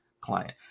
client